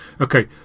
Okay